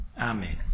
Amen